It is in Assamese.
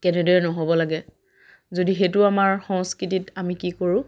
কেনেদৰে নহ'ব লাগে যদি সেইটো আমাৰ সংস্কৃতিত আমি কি কৰোঁ